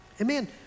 Amen